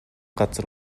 газар